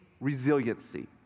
resiliency